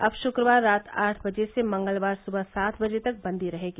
अब शुक्रवार रात आठ बजे से मंगलवार सुबह सात बजे तक बंदी रहेगी